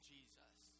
Jesus